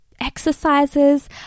exercises